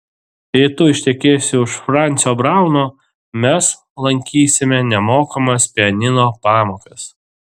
jei tu ištekėsi už francio brauno mes lankysime nemokamas pianino pamokas